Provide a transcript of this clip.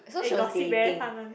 eh gossip eh fun [one]